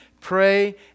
Pray